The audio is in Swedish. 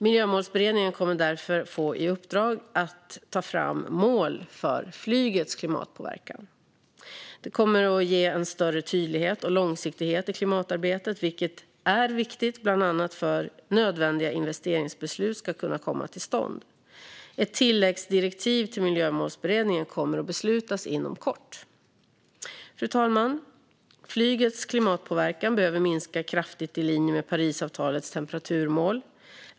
Miljömålsberedningen kommer därför att få i uppdrag att ta fram mål för flygets klimatpåverkan. Detta kommer att ge en större tydlighet och långsiktighet i klimatarbetet, vilket är viktigt bland annat för att nödvändiga investeringsbeslut ska kunna komma till stånd. Ett tilläggsdirektiv till Miljömålsberedningen kommer att beslutas inom kort. Fru talman! Flygets klimatpåverkan behöver minska kraftigt i linje med Parisavtalets temperaturmål.